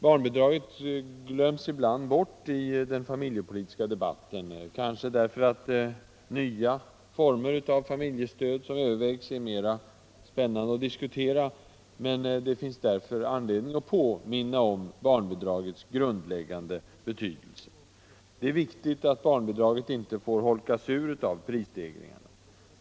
Barnbidraget glöms ibland bort i den familjepolitiska debatten, kanske därför att nya former av familjestöd är mer spännande att diskutera. Det finns därför anledning att påminna om barnbidragets grundläggande betydelse. Det är viktigt att barnbidraget inte får holkas ur av prisstegringar.